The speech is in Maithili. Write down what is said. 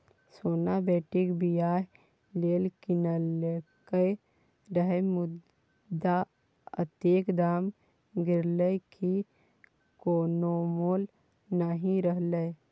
सोना बेटीक बियाह लेल कीनलकै रहय मुदा अतेक दाम गिरलै कि कोनो मोल नहि रहलै